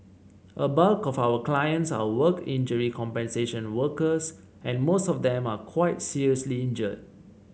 a bulk of our clients are work injury compensation workers and most of them are quite seriously injured